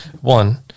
one